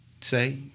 say